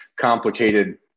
complicated